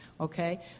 Okay